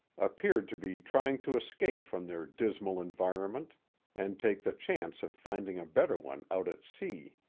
appeared to be trying to escape from their dismal environment and take the chance of finding a better one out at sea.